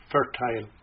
Fertile